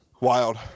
Wild